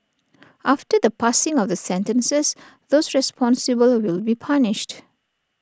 after the passing of the sentences those responsible will be punished